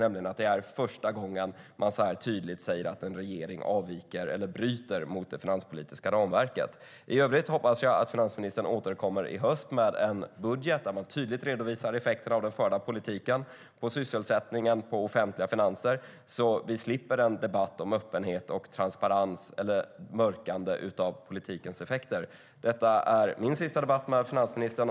Det är första gången det så tydligt säger att en regering bryter mot det finanspolitiska ramverket. I övrigt hoppas jag att finansministern återkommer i höst med en budget där man tydligt redovisar effekterna av den förda politiken på sysselsättningen och offentliga finanser så att vi slipper en debatt om öppenhet och mörkande av politikens effekter. Detta är min sista debatt med finansministern.